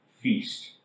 feast